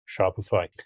Shopify